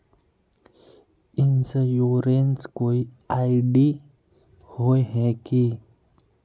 Insurance कोई ID होय है की?